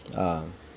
ah